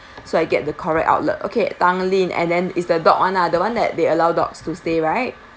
so I get the correct outlet okay tanglin and then is the dog [one] lah the one that they allow dogs to stay right